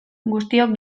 guztiok